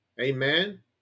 amen